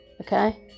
okay